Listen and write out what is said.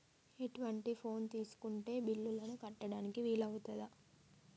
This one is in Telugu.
ఎటువంటి ఫోన్ తీసుకుంటే బిల్లులను కట్టడానికి వీలవుతది?